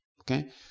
Okay